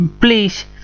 please